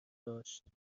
داشت